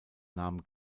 namen